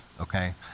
okay